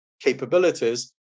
capabilities